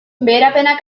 beherapenak